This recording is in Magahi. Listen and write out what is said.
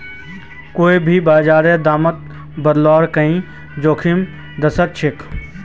कोई भी बाजारेर दामत बदलाव ई जोखिमक दर्शाछेक